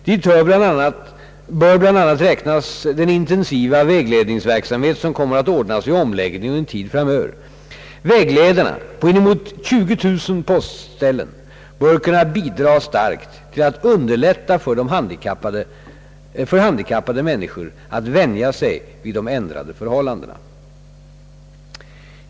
Dit bör bl.a. räknas den intensiva vägledningsverksamhet som kommer att ordnas vid omläggningen och en tid framöver. Vägledarna — på inemot 20 000 postställen — bör kunna bidra starkt till att underlätta för handikappade människor att vänja sig vid de ändrade förhållandena.